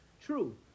True